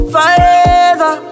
Forever